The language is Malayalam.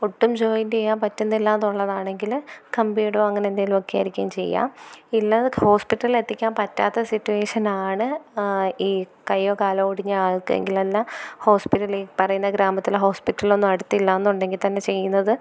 ഒട്ടും ജോയിൻ ചെയ്യാൻ പറ്റ്ന്നില്ലാന്നൊള്ളതാണെങ്കില് കമ്പി ഇടുവോ അങ്ങനെന്തേലുവൊക്കെയാരിക്കും ചെയ്യാ ഇല്ലത് ഹോസ്പിറ്റലെത്തിക്കാന് പറ്റാത്ത സിറ്റുവേഷനാണ് ഈ കയ്യോ കാലോ ഒടിഞ്ഞാള്ക്ക് എങ്കിലല്ല ഹോസ്പിറ്റലിൽ പറയുന്ന ഗ്രാമത്തിലെ ഹോസ്പിറ്റലിൽ ഒന്നും അടുത്തില്ല എന്നുണ്ടെങ്കിൽ തന്നെ ചെയ്യുന്നത്